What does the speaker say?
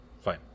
fine